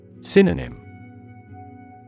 Synonym